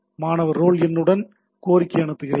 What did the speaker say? மாணவர் ரோல் எண்ணுடன் கோரிக்கையை அனுப்புகிறேன்